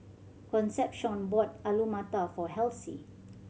Concepcion bought Alu Matar for Halsey